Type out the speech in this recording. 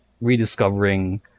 rediscovering